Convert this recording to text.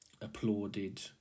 applauded